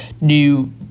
new